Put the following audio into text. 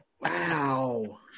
Wow